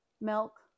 milk